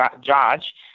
judge